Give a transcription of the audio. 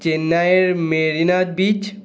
চেন্নাইয়ের মেরিনা বিচ